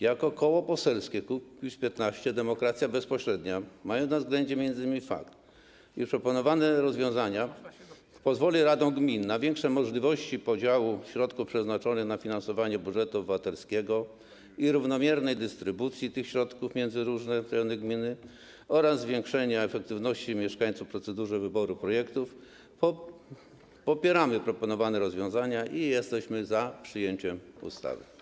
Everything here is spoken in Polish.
Jako Koło Poselskie Kukiz’15 - Demokracja Bezpośrednia, mając na względzie m.in. fakt, iż proponowane rozwiązania pozwolą radom gmin na większe możliwości podziału środków przeznaczonych na finansowanie budżetu obywatelskiego i równomiernej dystrybucji tych środków między różne tereny gminy oraz zwiększenie efektywności mieszkańców w procedurze wyboru projektów, popieramy proponowane rozwiązania i jesteśmy za przyjęciem ustawy.